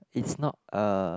it's not a